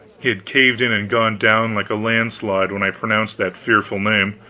he had caved in and gone down like a landslide when i pronounced that fearful name,